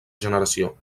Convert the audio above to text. generació